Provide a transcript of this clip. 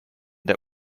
der